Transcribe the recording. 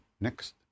Next